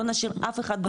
לא נשאיר אף אחד בחוץ.